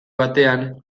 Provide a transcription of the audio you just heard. batean